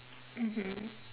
mmhmm